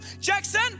Jackson